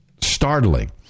startling